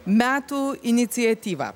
metų iniciatyvą